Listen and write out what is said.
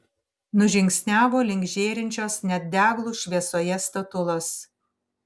nužingsniavo link žėrinčios net deglų šviesoje statulos